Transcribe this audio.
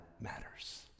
matters